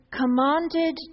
commanded